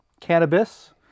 cannabis